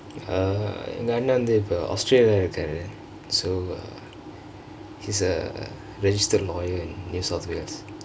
err எங்க அண்ணண் வந்து இப்போ:yengka annan vanthu ippo australia இருக்குறாரு:irukaaru so uh he's a registered lawyer in new south wales